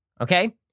okay